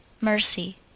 Mercy